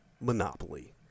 Monopoly